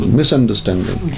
misunderstanding